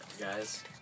guys